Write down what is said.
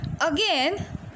Again